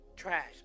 trash